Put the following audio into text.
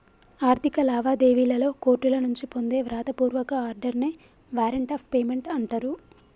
ఆర్థిక లావాదేవీలలో కోర్టుల నుంచి పొందే వ్రాత పూర్వక ఆర్డర్ నే వారెంట్ ఆఫ్ పేమెంట్ అంటరు